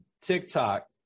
TikTok